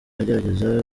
agerageza